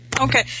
Okay